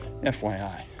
FYI